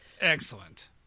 Excellent